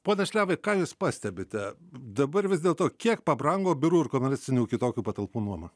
pone šliavai ką jūs pastebite dabar vis dėl to kiek pabrango biurų ir komercinių kitokių patalpų nuoma